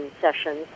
sessions